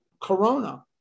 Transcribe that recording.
Corona